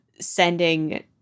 sending